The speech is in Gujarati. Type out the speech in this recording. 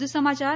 વધુ સમાચાર